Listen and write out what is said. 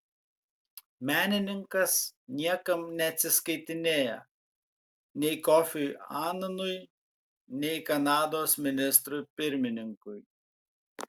menininkas niekam neatsiskaitinėja nei kofiui ananui nei kanados ministrui pirmininkui